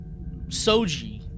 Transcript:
Soji